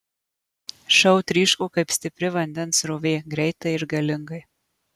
šou tryško kaip stipri vandens srovė greitai ir galingai